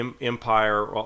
empire